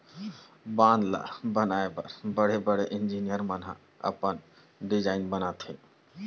बांधा ल बनाए बर बड़े बड़े इजीनियर मन अपन डिजईन बनाथे